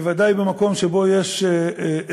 בוודאי במקום שבו יש אזרחים,